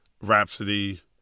Rhapsody